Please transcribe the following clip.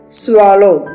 swallow